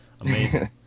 amazing